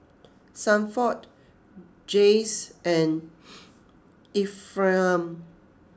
Sanford Janyce and Ephriam